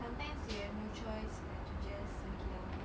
sometimes you have no choice but to just suck it up